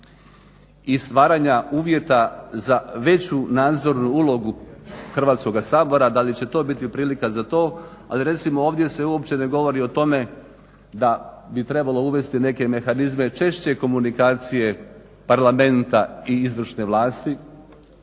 i stvaranja uvjeta za veću nadzornu ulogu Hrvatskoga sabora da li će to biti prilika za to, ali recimo ovdje se uopće ne govori o tome da bi trebalo uvesti neke mehanizme češće komunikacije Parlamenta i izvršne vlasti.